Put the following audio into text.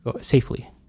safely